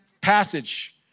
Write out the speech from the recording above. passage